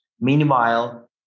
Meanwhile